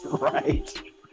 right